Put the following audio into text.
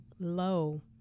low